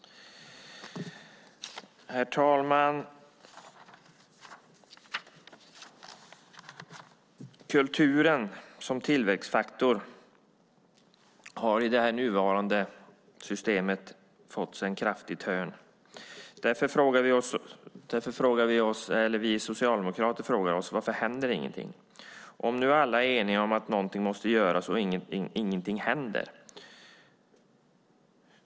Herr talman! Kulturen som tillväxtfaktor har i det nuvarande systemet fått sig en kraftig törn. Vi socialdemokrater fråga oss varför inget händer. Alla är eniga om att något måste göras, men inget händer.